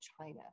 China